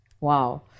Wow